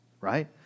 right